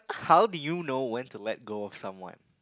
how did you know when to let go of someone